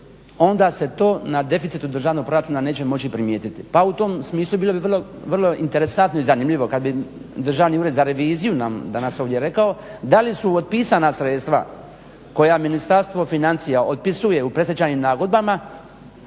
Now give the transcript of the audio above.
onda se to na deficitu državnog proračuna neće moći primijetiti. Pa u tom smislu bilo bi vrlo interesantno i zanimljivo kada bi Državni ured za reviziju nam danas ovdje rekao, da li su otpisana sredstva koja Ministarstvo financija otpisuje u predstečajnim nagodbama